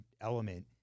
element